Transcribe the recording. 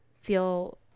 feel